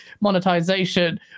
monetization